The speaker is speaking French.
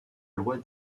loi